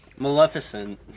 Maleficent